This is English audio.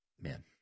man